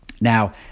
Now